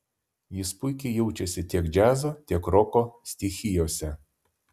jis puikiai jaučiasi tiek džiazo tiek roko stichijose